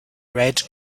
red